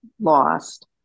lost